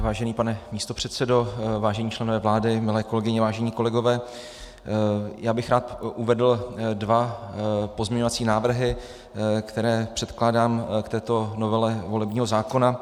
Vážený pane místopředsedo, vážení členové vlády, milé kolegyně, vážení kolegové, já bych rád uvedl dva pozměňovací návrhy, které předkládám k této novele volebního zákona.